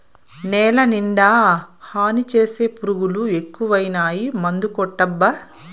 నేలనిండా హాని చేసే పురుగులు ఎక్కువైనాయి మందుకొట్టబ్బా